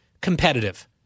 competitive